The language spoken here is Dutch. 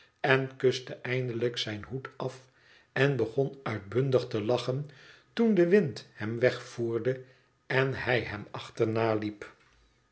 en kuste eindelijk zijn hoed af en begon uitbundig te lachen toen de wind hem wegvoerde en hij hem achternaliep